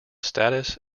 status